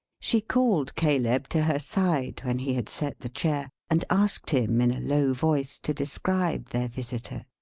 she called caleb to her side, when he had set the chair, and asked him, in a low voice, to describe their visitor.